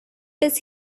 does